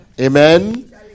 Amen